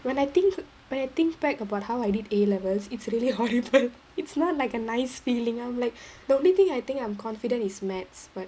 but I think when I think back about how I did A levels it's really horrible it's not like a nice feeling I'm like the only thing I think I'm confident is maths